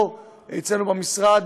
אצלנו במשרד,